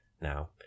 now